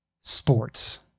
sports